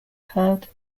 card